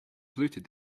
polluted